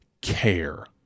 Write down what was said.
care